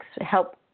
help